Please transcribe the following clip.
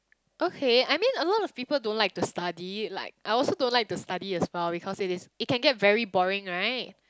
okay I mean a lot of people don't like to study like I also don't like to study as well because it is it can get pretty boring right